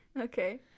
Okay